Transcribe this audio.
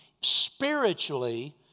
spiritually